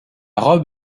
robe